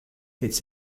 it’s